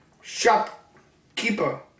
Shopkeeper